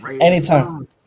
anytime